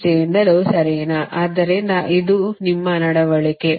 ಆದ್ದರಿಂದ ಇದು ಮತ್ತು ನಿಮ್ಮ ನಡವಳಿಕೆ